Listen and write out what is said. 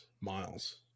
miles